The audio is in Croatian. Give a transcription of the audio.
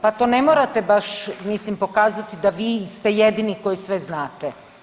Pa to ne morate baš mislim pokazati da vi ste jedini koji sve znate.